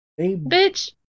bitch